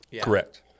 Correct